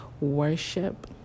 Worship